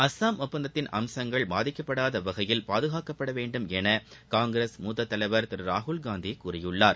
அளம் ஒப்பந்தத்தின் அம்சங்கள் பாதிக்கப்படாத வகையில் பாதுகாக்கப்பட வேண்டும் என காங்கிரஸ் மூத்த தலைவர் திரு ராகுல் காந்தி கூறியுள்ளார்